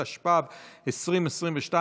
התשפ"ב 2022,